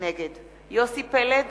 נגד יוסי פלד,